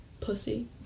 Pussy